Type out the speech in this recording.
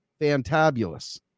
fantabulous